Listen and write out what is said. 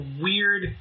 weird